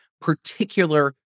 particular